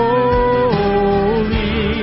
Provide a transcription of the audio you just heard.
Holy